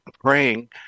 praying